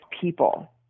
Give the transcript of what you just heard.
people